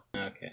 Okay